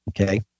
Okay